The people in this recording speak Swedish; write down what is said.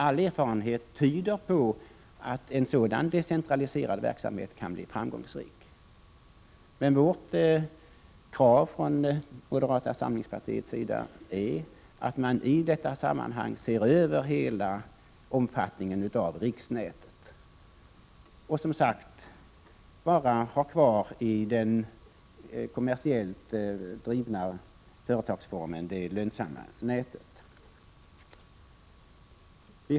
All erfarenhet tyder på att en sådan decentraliseringsverksamhet kan bli framgångsrik. Men vårt krav från moderata samlingspartiets sida är att man i detta sammanhang ser över hela omfattningen av riksnätet och som sagt bara har kvar det lönsamma nätet i den kommersiellt drivna företagsformen.